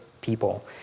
people